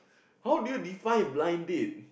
how do you define blind date